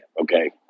Okay